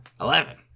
Eleven